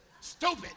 Stupid